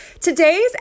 today's